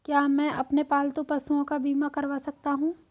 क्या मैं अपने पालतू पशुओं का बीमा करवा सकता हूं?